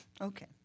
Okay